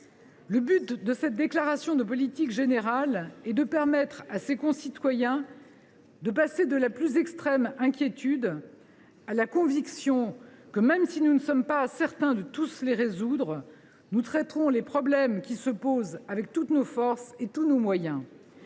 Le but de cette déclaration de politique générale est de permettre à ces concitoyens de passer de la plus extrême inquiétude à la conviction que, même si nous ne sommes pas certains de tous les résoudre, nous traiterons les problèmes qui se posent avec toutes nos forces et tous nos moyens.